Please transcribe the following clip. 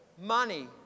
money